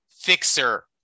fixer